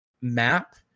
map